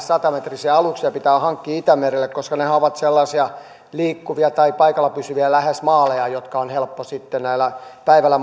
sata metrisiä aluksia pitää hankkia itämerelle koska nehän ovat sellaisia liikkuvia tai paikallaan pysyviä lähes maaleja jotka on helppo esimerkiksi päivällä